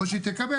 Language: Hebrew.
או שהיא תקבל,